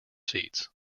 seats